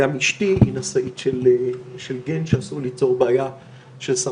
גם בארץ יש איזה שהם פערים.